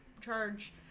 charge